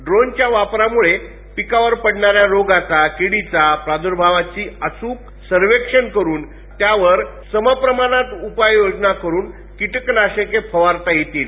ड्रोनच्या वापरामुळे पिकावर पडणाऱ्या रोगाचा किडीचा प्रादुर्भावाचं अच्रक सर्वेक्षण करून त्यावर समप्रमाणात उपाययोजना करून कीटकनाशके फवारता येतील